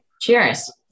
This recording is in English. Cheers